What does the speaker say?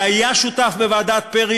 שהיה שותף בוועדת פרי,